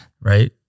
Right